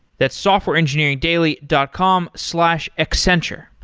that's softwareengineeringdaily dot com slash accenture.